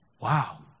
Wow